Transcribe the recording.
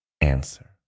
answer